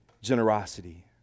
generosity